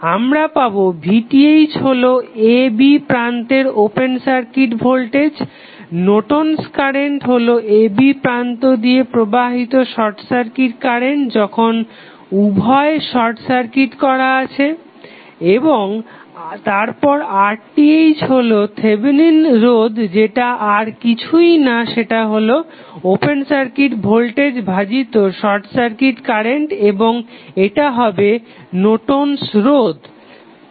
আমরা পাবো VTh হলো a b প্রান্তের open circuit voltage Norton's current Nortons current হলো a b প্রান্ত দিয়ে প্রবাহিত শর্ট সার্কিট কারেন্ট যখন উভয়ই শর্ট সার্কিট করা আছে এবং তারপর RTh হলো থেভেনিন রোধ যেটা আর কিছুই না সেটা হলো ওপেন সার্কিট ভোল্টেজ ভাজিত শর্ট সার্কিট কারেন্ট এবং এটা হবে নর্টন'স রোধ Nortons resistance